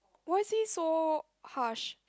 why say so harsh